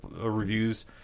reviews